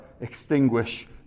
extinguish